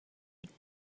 would